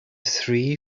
three